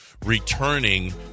returning